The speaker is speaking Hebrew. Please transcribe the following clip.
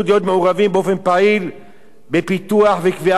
באופן פעיל בפיתוח ובקביעה של בריאות.